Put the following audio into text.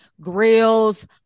grills